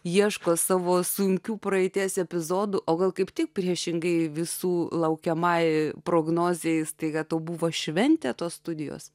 ieško savo sunkių praeities epizodų o gal kaip tik priešingai visų laukiamai prognozei staiga tai buvo šventę tos studijos